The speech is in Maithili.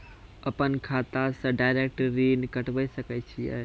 अपन खाता से डायरेक्ट ऋण कटबे सके छियै?